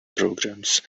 programs